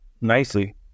nicely